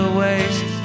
waste